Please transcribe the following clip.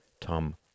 Tom